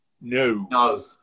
No